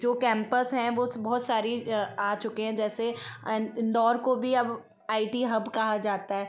जो कैम्पस हैं वो बहुत सारी आ चुके हैं जैसे इंदौर को भी अब आई टी हब कहा जाता है